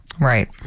Right